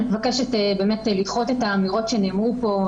אני מבקשת באמת לדחות את האמירות שנאמרו פה,